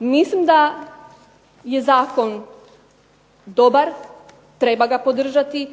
Mislim da je zakon dobar, treba ga podržati,